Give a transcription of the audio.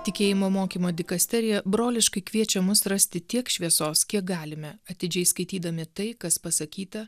tikėjimo mokymo dikasterija broliškai kviečia mus rasti tiek šviesos kiek galime atidžiai skaitydami tai kas pasakyta